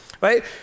right